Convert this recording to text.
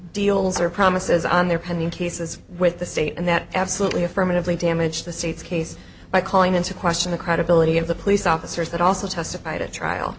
deals or promises on their pending cases with the state and that absolutely affirmatively damaged the state's case by calling into question the credibility of the police officers that also testified at trial